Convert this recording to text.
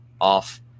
off